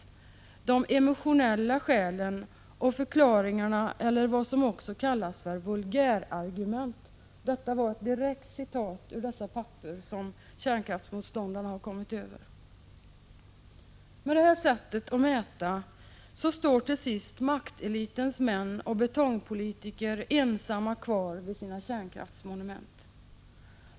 Vidare talade man om emotionella skäl och förklaringar — eller ”vulgärargument”, för att direkt citera ett uttryck från de papper som kärnkraftsmotståndarna kommit över. Om den mätmetoden tillämpas, blir det till sist så, att maktelitens män och betongpolitikerna ensamma står kvar vid sina kärnkraftsmonument.